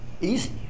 easy